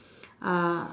uh